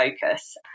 focus